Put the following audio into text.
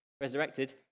resurrected